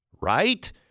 right